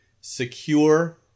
secure